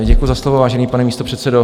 Děkuju za slovo, vážený pane místopředsedo.